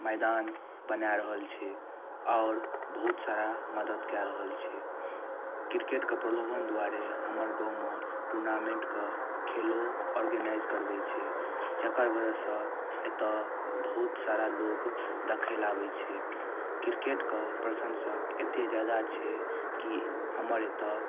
मैदान बनाय रहल छै आओर बहुत सारा मदद कै रहल छै क्रिकेटके प्रलोभन दुआरे हमर गाँवमे टूर्नामेंटके खेलो ओरगेनाइज करबै छै जेकर बजहसँ एतऽ बहुत सारा लोग देखै लऽ आबैत छै क्रिकेट कऽ प्रशंसक एतेक जादा छै कि हमर एतऽ